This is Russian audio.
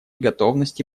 готовности